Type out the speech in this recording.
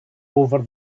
over